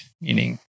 meaning